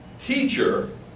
Teacher